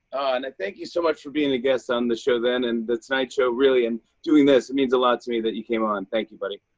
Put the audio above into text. and i thank you so much for being a guest on the show then and the tonight show, really, and doing this. it means a lot to me that you came on. and thank you, buddy.